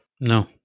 No